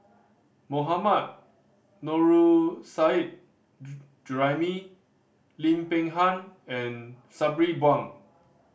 Mohammad Nurrasyid Juraimi Lim Peng Han and Sabri Buang